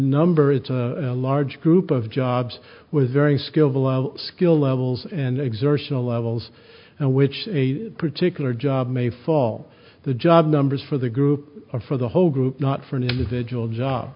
number it's a large group of jobs with very skillful skill levels and exertional levels and which a particular job may fall the job numbers for the group for the whole group not for an individual job